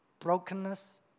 brokenness